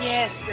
Yes